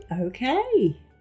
okay